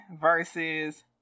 versus